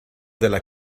della